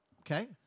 Okay